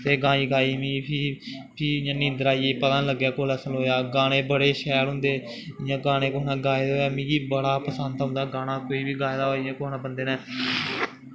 ते गाई गाई मीं फ्ही फ्ही इ'यां नींदर आई गेई पता गै निं लग्गेआ कुल्लै सलोएआ गाने बड़े शैल होंदे इ'यां गाना कुसै गाए दा होऐ मिगी बड़ा पसंद औंदा गाना कोई बी गाए दा होऐ जियां कुसै बंदे ने